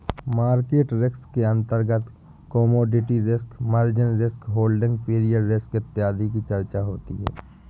market risk के अंतर्गत commodity risk, margin risk, holding period risk इत्यादि की चर्चा होती है